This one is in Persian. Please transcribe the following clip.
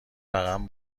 رقم